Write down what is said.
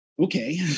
okay